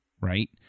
right